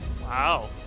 Wow